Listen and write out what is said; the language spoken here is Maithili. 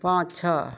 पाछाँ